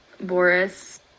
boris